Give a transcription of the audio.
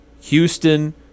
Houston